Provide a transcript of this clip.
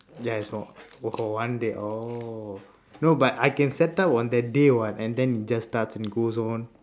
ya is all oh for one day oh no but I can set up on that day [what] and then it just starts and goes on